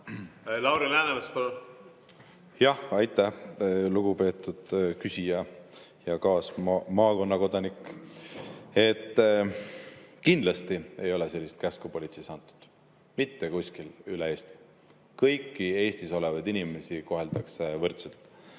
Lauri Läänemets, palun! Aitäh, lugupeetud küsija ja kaasmaakonnakodanik! Kindlasti ei ole sellist käsku politseis antud mitte kuskil üle Eesti. Kõiki Eestis olevaid inimesi koheldakse võrdselt.